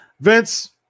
Vince